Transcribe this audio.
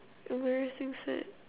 embarrassing sad